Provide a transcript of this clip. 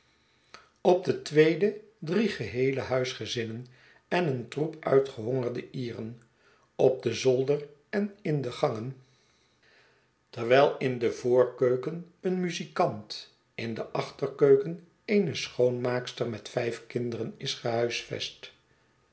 op de tweede drie geheele huisgezinnen en een troep uitgehongerde ieren op den zolder en in de gangen terwijl in de voorkeuken een rnuzikant in de achterkeuken eene schoonmaakster met vijf kinderen is gehuisvest